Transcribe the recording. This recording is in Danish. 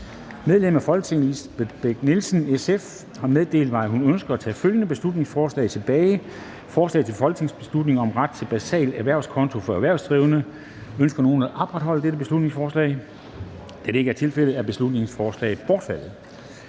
Medlemmer af Folketinget Lisbeth Bech-Nielsen (SF) m.fl. har meddelt mig, at de ønsker at tage følgende beslutningsforslag tilbage: Forslag til folketingsbeslutning om ret til en basal erhvervskonto for erhvervsdrivende. (Beslutningsforslag nr. B 27). Ønsker nogen at optage dette beslutningsforslag? Da det ikke er tilfældet, er beslutningsforslaget bortfaldet.